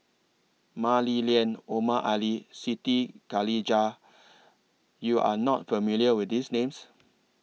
Mah Li Lian Omar Ali Siti Khalijah YOU Are not familiar with These Names